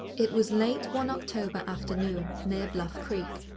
it was late one october afternoon, near bluff creek,